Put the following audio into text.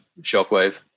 Shockwave